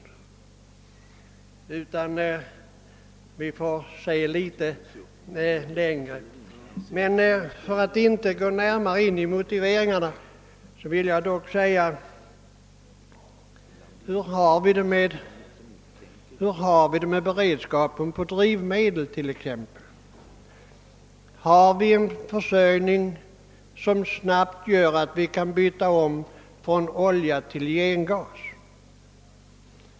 Utan att närmare gå in på motiveringar vill jag fråga: Hur har vi det t.ex. med beredskapen när det gäller drivmedel? Har vi en försörjning som snabbt tillåter oss byta från olja till gengas?